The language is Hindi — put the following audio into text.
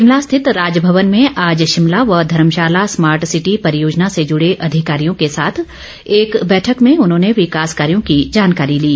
शिमला स्थित राजभवन में आज शिमला व धर्मशाला स्मार्ट सिटी परियोजना से जुड़े अधिकारियों के साथ एक बैठक में उन्होंने विकास कार्यों की जानकारी ली